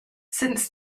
since